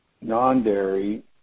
non-dairy